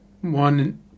One